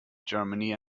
germany